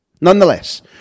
Nonetheless